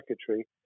secretary